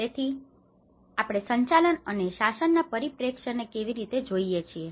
તેથી આપણે સંચાલન અને શાસનના પરિપ્રેક્ષ્યને કેવી રીતે જોઈ શકીએ